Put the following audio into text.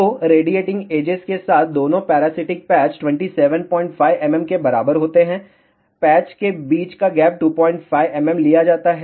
तो radiating edges के साथ दोनों पैरासिटिक पैच 275 mm के बराबर समान होते हैं पैच के बीच का गैप 25 mm लिया जाता है